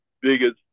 biggest